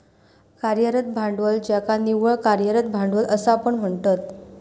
कार्यरत भांडवल ज्याका निव्वळ कार्यरत भांडवल असा पण म्हणतत